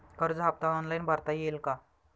कर्ज हफ्ता ऑनलाईन भरता येईल का?